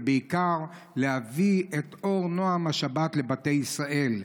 ובעיקר להביא את אור נועם השבת לבתי ישראל,